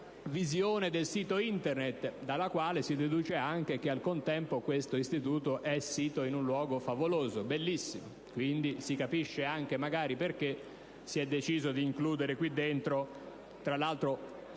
visione del sito Internet, dalla quale si deduce anche che al contempo questo istituto è sito in luogo favoloso, bellissimo. Quindi, si capisce magari anche perché si è deciso di includere qui dentro, tra l'altro